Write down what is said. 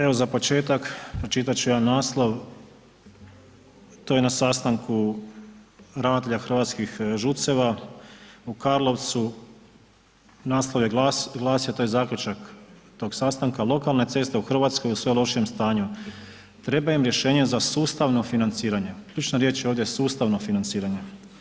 Evo za početak pročitat ću jedan naslov, to je na sastanku ravnatelja hrvatskih ŽUC-eva, u Karlovcu, naslov je glasio, taj zaključak tog sastanka, lokalne ceste u Hrvatskoj u sve lošijem stanju, treba im rješenje za sustavno financiranje, ključna riječ ovdje je sustavno financiranje.